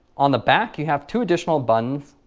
on the back you have two additional buttons.